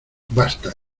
basta